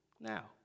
Now